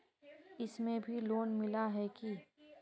इसमें भी लोन मिला है की